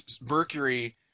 Mercury